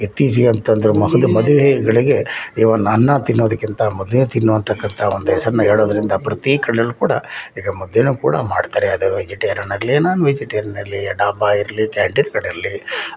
ಇತ್ತೀಚೆಗೆ ಅಂತಂದ್ರೂ ಮೊಗದು ಮದುವೆಗಳಿಗೆ ಈವನ್ ಅನ್ನ ತಿನ್ನೋದಕ್ಕಿಂತ ಮೊದಲಿಗೆ ತಿನ್ನೋ ಅನ್ನತಕ್ಕಂಥ ಒಂದು ಹೆಸರನ್ನ ಹೇಳೋದ್ರಿಂದ ಪ್ರತಿ ಕಣ್ಣಲ್ಲೂ ಕೂಡ ಈಗ ಮೊದ್ಲೂನು ಕೂಡ ಮಾಡ್ತಾರೆ ಅದೂ ವೆಜಿಟೇರಿಯನ್ ಆಗಲಿ ನಾನ್ ವೆಜಿಟೇರಿಯನ್ ಆಗಲಿ ಡಾಬಾ ಇರಲಿ ಕ್ಯಾಂಟೀನ್ ಕಡೆಯಲ್ಲಿ